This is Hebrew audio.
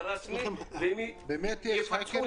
אנחנו מדברים על ענף שמעסיק לפחות